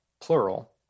plural